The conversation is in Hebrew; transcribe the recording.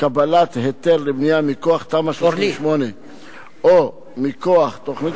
קבלת היתר לבנייה מכוח תמ"א 38 או מכוח תוכנית